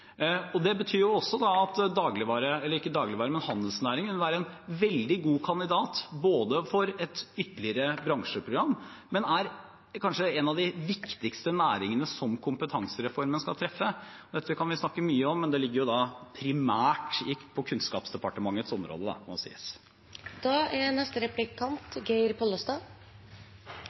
Det betyr også at handelsnæringen vil være en veldig god kandidat for et ytterligere bransjeprogram, men er kanskje også en av de viktigste næringene som kompetansereformen skal treffe. Dette kan vi snakke mye om, men det ligger primært på Kunnskapsdepartementets område – det må sies. Det er